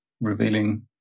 revealing